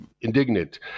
indignant